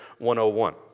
101